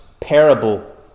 parable